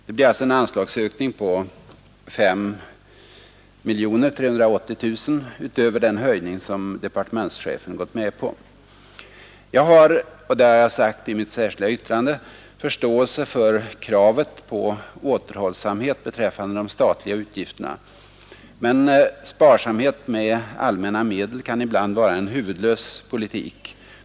Det blir alltså en anslagsökning på 5 380 000 kronor utöver den höjning som departementschefen gått med på. Jag har — som jag anfört i mitt särskilda yttrande — förståelse för kravet på återhållsamhet beträffande de statliga utgifterna, men sparsamhet med allmänna medel kan ibland vara en huvudlös politik.